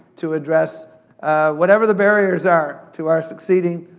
to address whatever the barriers are to our succeeding,